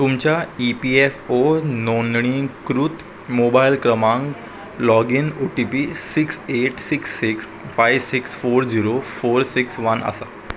तुमच्या E P F O नोंदणीकृत mobile क्रमांक login O T P six eight six six five six four zero four six one आसा